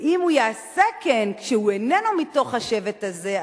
ואם הוא יעשה כן כשהוא איננו מתוך השבט הזה,